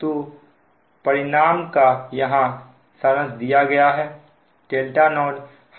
तो परिणाम का यहां सारंस दिया गया है